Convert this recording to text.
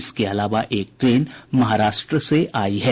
इसके अलावा एक ट्रेन महाराष्ट्र से आयी है